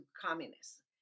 communists